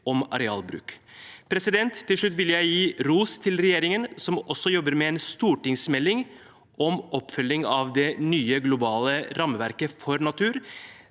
om arealbruk. Til slutt vil jeg gi ros til regjeringen, som også jobber med en stortingsmelding om oppfølging av det nye globale rammeverket for natur.